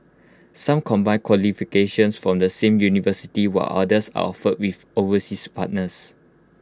some combine qualifications from the same university while others are offered with overseas partners